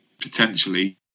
potentially